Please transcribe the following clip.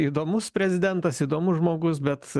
įdomus prezidentas įdomus žmogus bet